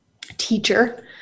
teacher